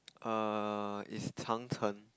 err is 长城 chang cheng